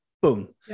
Boom